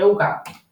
ראו גם קלאוסן